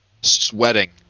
sweating